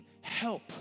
help